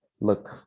look